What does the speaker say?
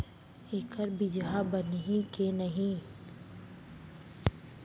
एखर बीजहा बनही के नहीं?